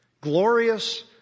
glorious